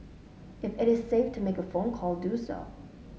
if it is safe to make a phone call do so